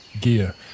gear